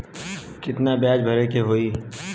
कितना ब्याज भरे के होई?